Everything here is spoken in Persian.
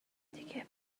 دیگه